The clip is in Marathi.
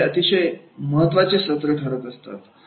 आणि हे अतिशय महत्वाचं सत्र ठरत असतात